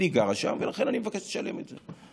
אני גרה שם, ולכן אני מבקשת לשלם את זה.